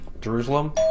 Jerusalem